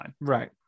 Right